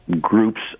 groups